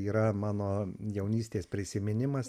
yra mano jaunystės prisiminimas